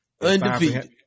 Undefeated